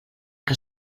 que